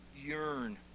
yearn